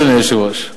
אדוני היושב-ראש.